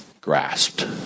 grasped